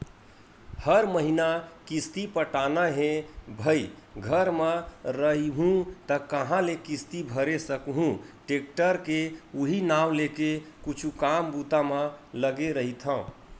हर महिना किस्ती पटाना हे भई घर म रइहूँ त काँहा ले किस्ती भरे सकहूं टेक्टर के उहीं नांव लेके कुछु काम बूता म लगे रहिथव